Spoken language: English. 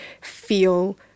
feel